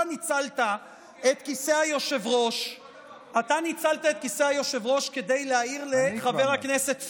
אתה ניצלת את כיסא היושב-ראש כדי להעיר לחבר הכנסת פורר,